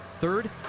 Third